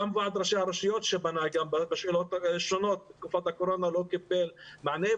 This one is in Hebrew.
גם ועדת ראשי הרשויות שפנה בשאלות שונות בתקופת הקורונה לא קיבל מענה,